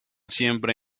siempre